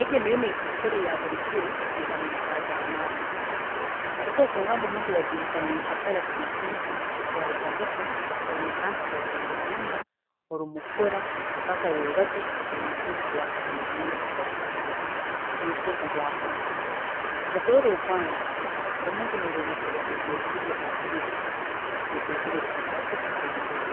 egi emilimo eyi tukwikara nitukora buri kiro neba neyetaaga amaani, tosobola kungamba omuntu owazinduka nyenkya kara cu- cu- cu waruga muka, toyine kantu aku otiire munda, osobola kukora paka rwebajyo otiine ekintu eki wakatiire munda eki wariire, nosobola kugwa hansi, mukurola okwange omuntu noba oyine kurya ebyokurya hakire nikwe oturo tukakoraki, tukambura